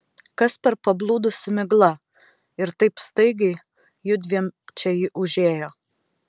kas per pablūdusi migla ir taip staigiai judviem čia ji užėjo